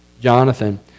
Jonathan